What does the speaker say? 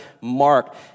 Mark